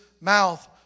mouth